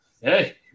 Hey